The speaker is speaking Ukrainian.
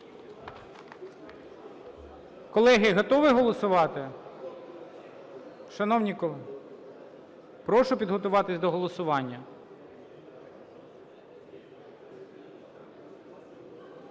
Колеги, готові голосувати? Шановні колеги, прошу підготуватися до голосування.